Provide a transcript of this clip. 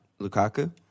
Lukaku